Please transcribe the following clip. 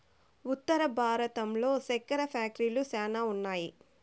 ఉత్తర భారతంలో సెక్కెర ఫ్యాక్టరీలు శ్యానా ఉన్నాయి